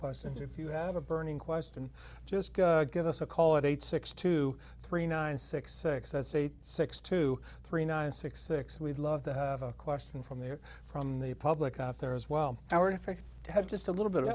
questions or if you have a burning question just give us a call at eight six to three nine six six that's eight six two three nine six six we'd love to have a question from there from the public out there as well our in fact had just a little bit of